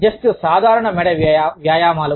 కొన్ని సాధారణ మెడ వ్యాయామాలు